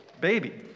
baby